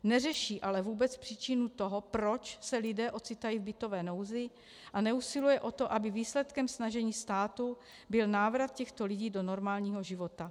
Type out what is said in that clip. Neřeší ale vůbec příčinu toho, proč se lidé ocitají v bytové nouzi, a neusiluje o to, aby výsledkem snažení státu byl návrat těchto lidí do normálního života.